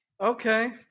Okay